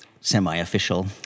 semi-official